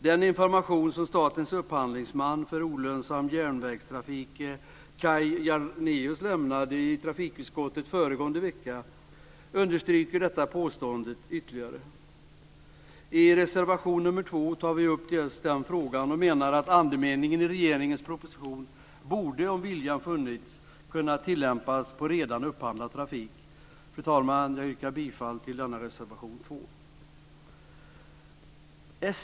Den information som statens upphandlingsman för olönsam järnvägstrafik, Kaj Janérus, lämnade i trafikutskottet föregående vecka understryker detta påstående ytterligare. I reservation nr 2 tar vi upp just den frågan och menar att andemeningen i regeringens proposition borde, om viljan funnits, ha kunnat tillämpas på redan upphandlad trafik. Fru talman! Jag yrkar bifall till reservation 2.